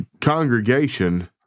congregation